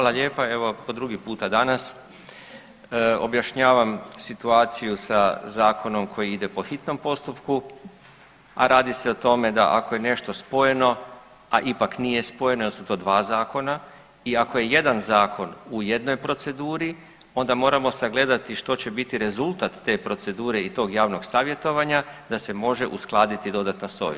Hvala lijepa, evo po drugi puta danas objašnjavam situaciju sa zakonom koji ide po hitnom postupku, a radi se o tome da ako je nešto spojeno, a ipak nije spojeno jer su to dva zakona i ako je jedan zakon u jednoj proceduri onda moramo sagledati što će biti rezultat te procedure i tog javnog savjetovanja da se može uskladiti dodatno s ovim.